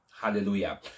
Hallelujah